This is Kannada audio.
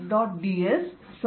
dSV E